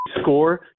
score